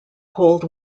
cold